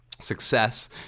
success